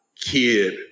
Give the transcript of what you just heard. kid